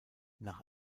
nach